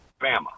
Bama